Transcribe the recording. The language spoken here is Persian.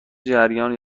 جریان